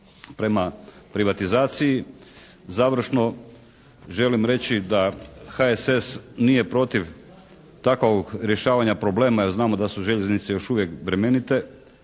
prema privatizaciji. Završno želim reći da HSS nije protiv takvog rješavanja problema jer znamo da su željeznice još uvijek bremenite